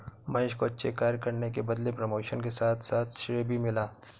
महेश को अच्छे कार्य करने के बदले प्रमोशन के साथ साथ श्रेय भी मिला